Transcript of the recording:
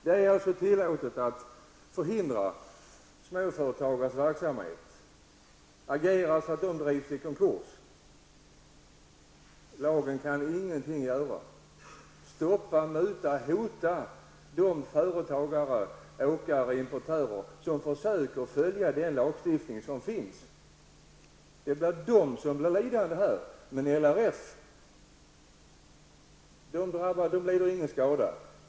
Det är alltså tillåtet att hindra småföretagares verksamhet, agera så att de drivs i konkurs. Lagen kan ingenting göra. Man kan stoppa, muta, hota de företagare -- åkare och importörer -- som försöker följa den lagstiftning som finns. Det är de som blir lidande här. Men RLF lider ingen skada.